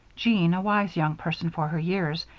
jean, a wise young person for her years,